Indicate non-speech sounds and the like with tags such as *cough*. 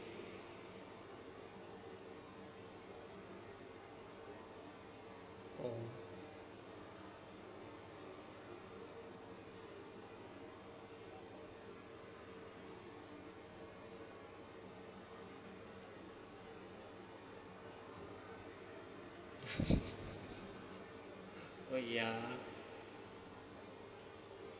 oh *laughs* ya